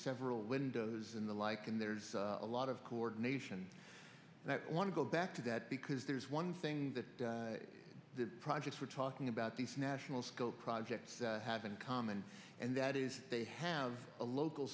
several windows in the like and there's a lot of coordination and i want to go back to that because there's one thing that the projects we're talking about these national school projects have in common and that is they have a local